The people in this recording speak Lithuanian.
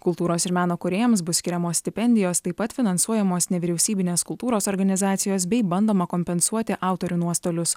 kultūros ir meno kūrėjams bus skiriamos stipendijos taip pat finansuojamos nevyriausybinės kultūros organizacijos bei bandoma kompensuoti autorių nuostolius